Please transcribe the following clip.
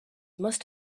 must